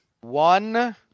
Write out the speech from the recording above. One